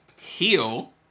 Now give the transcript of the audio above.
heal